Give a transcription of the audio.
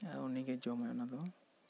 ᱩᱱᱤ ᱜᱮᱭᱮ ᱡᱚᱢᱟᱭ ᱚᱱᱟ ᱫᱚ